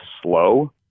slow